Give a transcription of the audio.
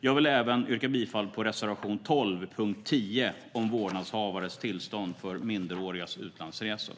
Jag vill även yrka bifall till reservation 12 under punkt 10 om vårdnadshavares tillstånd för minderårigas utlandsresor.